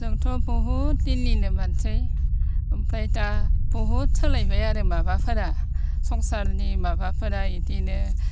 जोंथ' बहुद दिननिनो मानसि ओमफ्राय दा बहुद सोलायबाय आरो माबाफोरा संसारनि माबाफोरा बेदिनो